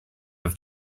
have